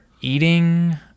eating